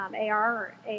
AR